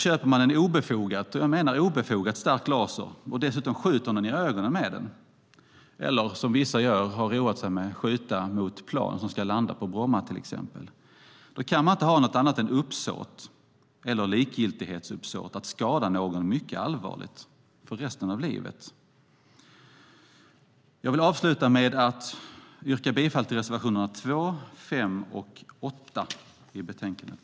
Köper man en obefogat stark laser och dessutom skjuter någon i ögonen med den eller, som vissa har roat sig med, skjuter mot plan som till exempel ska landa på Bromma kan man inte ha annat än uppsåt eller likgiltighetsuppsåt att skada någon mycket allvarligt för resten av livet. Jag vill avsluta med att yrka bifall till reservationerna 2, 5 och 8 i betänkandet.